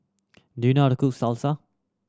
do you know how to cook Salsa